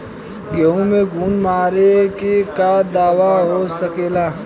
गेहूँ में घुन मारे के का दवा हो सकेला?